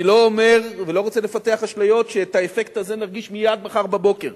אני לא אומר ולא רוצה לפתח אשליות שאת האפקט הזה נרגיש מייד מחר בבוקר.